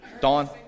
Dawn